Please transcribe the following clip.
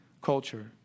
culture